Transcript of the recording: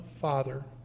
father